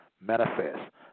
manifest